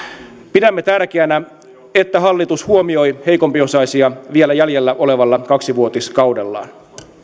pidämme tärkeänä että hallitus huomioi heikompiosaisia vielä jäljellä olevalla kaksivuotiskaudellaan